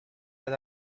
had